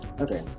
okay